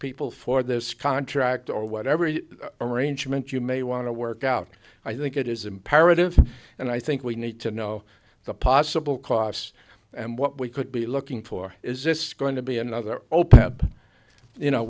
people for this contract or whatever arrangement you may want to work out i think it is imperative and i think we need to know the possible costs and what we could be looking for is this going to be another open you know